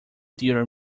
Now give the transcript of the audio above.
dear